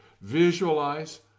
Visualize